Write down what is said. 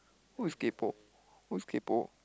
who is kaypoh who is kaypoh